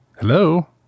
Hello